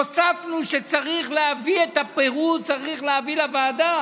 הוספנו שצריך להביא את הפירוט לוועדה.